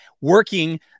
working